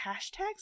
hashtags